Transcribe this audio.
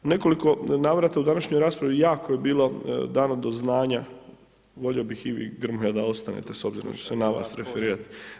U nekoliko navrata u današnjoj raspravi, jako je bilo, dalo do znanja, volio bi i Grmoja da ostane, s obzirom da ću se na vas referirati.